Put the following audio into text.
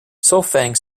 solfaing